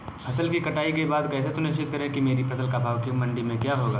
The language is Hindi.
फसल की कटाई के बाद कैसे सुनिश्चित करें कि मेरी फसल का भाव मंडी में क्या होगा?